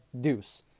Deuce